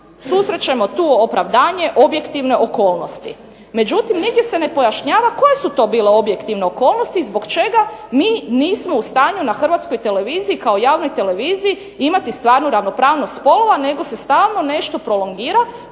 susrećemo tu opravdanje objektivne okolnosti. Međutim, nigdje se ne pojašnjava koje su to bile objektivne okolnosti i zbog čega mi nismo u stanju na Hrvatskoj televiziji kao javnoj televiziji imati stvarnu ravnopravnost spolova nego se stalno nešto prolongira